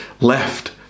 left